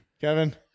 Kevin